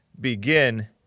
begin